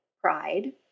pride